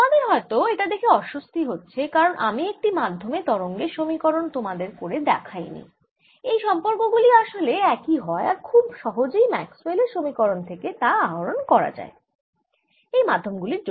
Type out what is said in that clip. তোমাদের হয়ত এটা দেখে অস্বস্তি হচ্ছে কারণ আমি একটি মাধ্যমে তরঙ্গের সমীকরণ তোমাদের করে দেখাইনি এই সম্পর্ক গুলি আসলে একই হয় আর খুব সহজেই ম্যাক্সওয়েল এর সমীকরণ থেকে তা আহরণ করা যায় এই মাধ্যম গুলির জন্য